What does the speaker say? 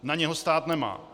Na něho stát nemá.